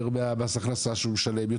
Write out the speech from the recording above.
יותר ממס הכנסה שהוא משלם.